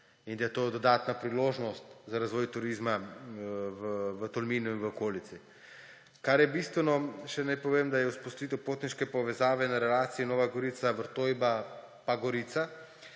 in da je to dodatna priložnost za razvoj turizma v Tolminu in v okolici. Kar je bistveno, še naj povem, da se bo vzpostavitev potniške povezave na relaciji Nova Gorica–Vrtojba–Gorica